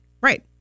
Right